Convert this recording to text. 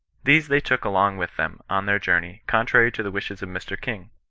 these they took along with them, on their journey, contrary to the wishes of mr king.